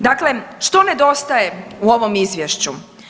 Dakle, što nedostaje u ovom izvješću?